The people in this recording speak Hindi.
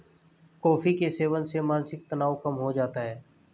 कॉफी के सेवन से मानसिक तनाव कम हो जाता है